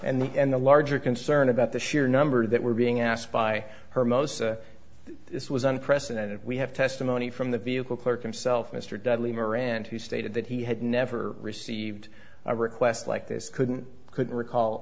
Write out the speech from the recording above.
and the and the larger concern about the sheer number that were being asked by her most this was unprecedented we have testimony from the vehicle clerk himself mr dudley moran who stated that he had never received a request like this couldn't couldn't recall